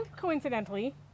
coincidentally